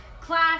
class